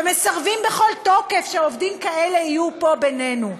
מסרבים בכל תוקף, שעובדים כאלה יהיו פה בינינו?